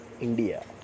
India